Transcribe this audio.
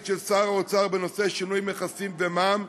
של שר האוצר בנושא שינוי מכסים ומע"מ,